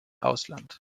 ausland